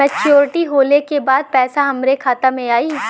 Maturity होले के बाद पैसा हमरे खाता में आई?